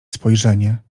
spojrzenie